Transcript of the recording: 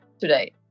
today